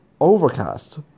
Overcast